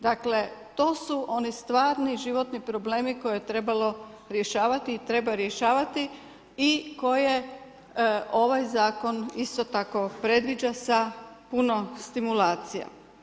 Dakle, to su one stvarni životni problemi koje je trebalo rješavati i treba rješavati i koje ovaj zakon isto tako predviđa sa puno stimulacija.